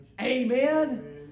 Amen